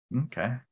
Okay